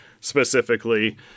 specifically